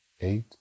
eight